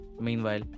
Meanwhile